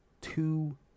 two